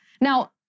Now